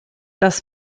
das